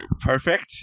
Perfect